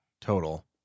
total